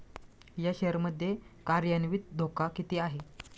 या शेअर मध्ये कार्यान्वित धोका किती आहे?